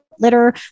litter